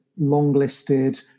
long-listed